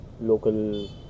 local